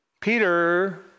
Peter